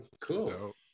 cool